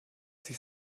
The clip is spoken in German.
sich